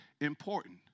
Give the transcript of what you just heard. important